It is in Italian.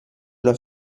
una